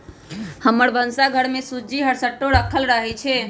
हमर भन्सा घर में सूज्ज़ी हरसठ्ठो राखल रहइ छै